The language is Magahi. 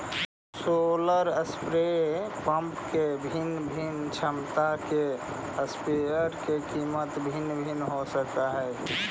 सोलर स्प्रे पंप के भिन्न भिन्न क्षमता के स्प्रेयर के कीमत भिन्न भिन्न हो सकऽ हइ